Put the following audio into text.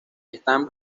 están